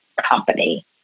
company